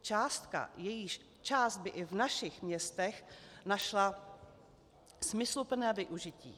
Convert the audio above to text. Částka, jejíž část by i v našich městech našla smysluplné využití.